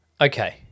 Okay